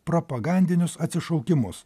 propagandinius atsišaukimus